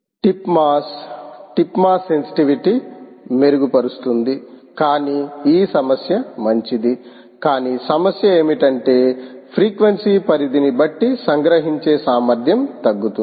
tip mass tip mass sensitivity మెరుగుపరుస్తుంది కానీ ఈ సమస్య మంచిది కానీ సమస్య ఏమిటంటే ఫ్రీక్వెన్సీ పరిధి ని బట్టి సంగ్రహించే సామర్ధ్యం తగ్గుతుంది